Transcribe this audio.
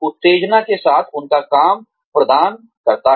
उत्तेजना के साथ उनका काम प्रदान करता है